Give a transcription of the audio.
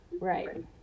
right